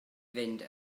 fynd